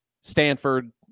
Stanford